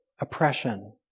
oppression